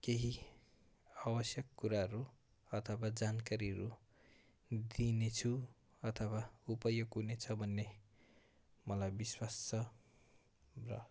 केही आवश्यक कुराहरू अथवा जानकारीहरू दिनेछु अथवा उपयोग हुनेछ भन्ने मलाई विश्वास छ र